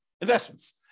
investments